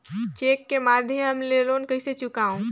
Cheque के माध्यम ले लोन कइसे चुकांव?